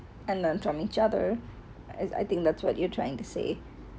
and learn from each other as I think that's what you trying to say